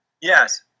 Yes